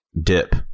dip